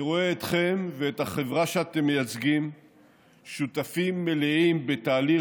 אני רואה אתכם ואת החברה שאתם מייצגים כשותפים מלאים בתהליך